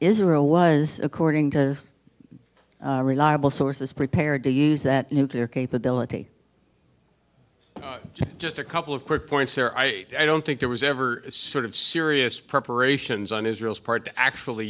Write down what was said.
israel was according to reliable sources prepared to use that nuclear capability just a couple of quick points there i i don't think there was ever sort of serious preparations on israel's part to actually